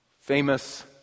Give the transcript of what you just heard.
Famous